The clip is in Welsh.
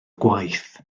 gwaith